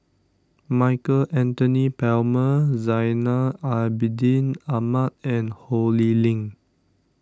Michael Anthony Palmer Zainal Abidin Ahmad and Ho Lee Ling